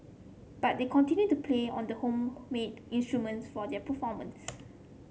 but they continue to play on the homemade instruments for their performance